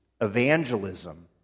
evangelism